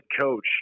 coach